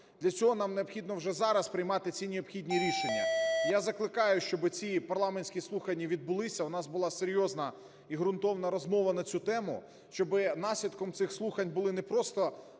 Для цього нам необхідно вже зараз приймати ці необхідні рішення. І я закликаю, щоб ці парламентські слухання відбулися. У нас була серйозна і ґрунтовна розмова на цю тему. Щоб наслідком цих слухань були не просто